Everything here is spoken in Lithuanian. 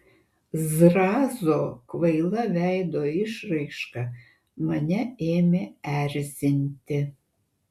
zrazo kvaila veido išraiška mane ėmė erzinti